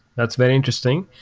that's very interesting.